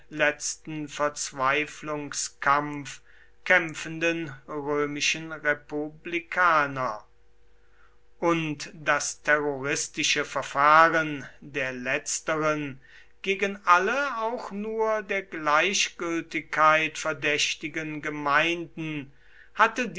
letzten verzweiflungskampf kämpfenden römischen republikaner und das terroristische verfahren der letzteren gegen alle auch nur der gleichgültigkeit verdächtigen gemeinden hatte